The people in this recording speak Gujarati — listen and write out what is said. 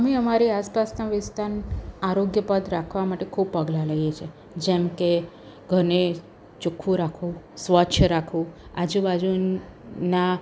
અમે અમારી આસપાસના વિસ્તાર આરોગ્યપ્રદ રાખવા માટે ખૂબ પગલાં લઈએ છીએ જેમકે ઘરને ચોખ્ખું રાખવું સ્વચ્છ રાખવું આજુ બાજુના